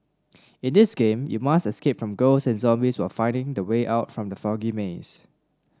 in this game you must escape from ghosts and zombies while finding the way out from the foggy maze